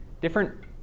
different